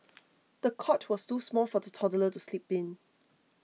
the cot was too small for the toddler to sleep in